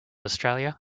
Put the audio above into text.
australia